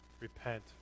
repent